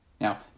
Now